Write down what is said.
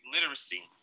literacy